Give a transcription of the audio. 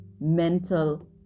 mental